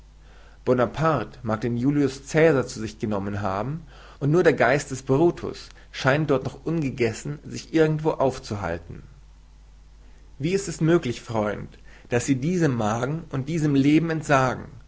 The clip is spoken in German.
bonaparte mag den julius cäsar zu sich genommen haben und nur der geist des brutus scheint dort noch ungegessen sich irgendwo aufzuhalten wie ist es möglich freund daß sie diesem magen und diesem leben entsagen